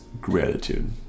gratitude